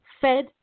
fed